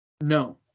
no